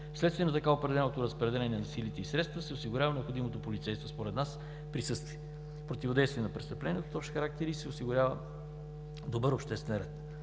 Вследствие на така определеното разпределение на силите и средствата се осигурява необходимото полицейско присъствие според нас за противодействие на престъпленията от общ характер и се осигурява добър обществен ред.